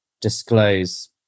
disclose